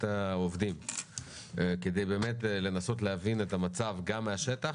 העובדים כדי לנסות ולהבין את המצב מהשטח.